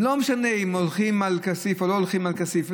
לא משנה אם הולכים על כסיף או לא הולכים על כסיף.